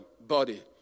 body